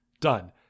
Done